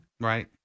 Right